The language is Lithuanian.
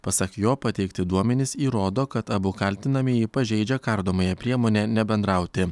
pasak jo pateikti duomenys įrodo kad abu kaltinamieji pažeidžia kardomąją priemonę nebendrauti